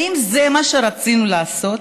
האם זה מה שרצינו לעשות?